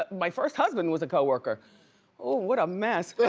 my first husband was a co-worker. oo what a mess.